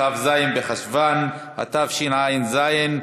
כ"ז בחשוון התשע"ז,